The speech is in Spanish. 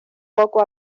poco